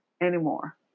anymore